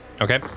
Okay